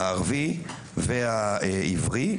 הערבי והעברי,